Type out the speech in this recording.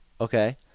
okay